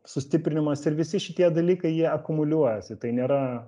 sustiprinimas ir visi šitie dalykai jie akumuliuojasi tai nėra